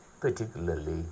particularly